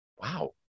Wow